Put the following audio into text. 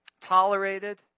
Tolerated